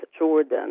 jordan